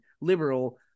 liberal